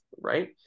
Right